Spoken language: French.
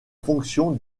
fonction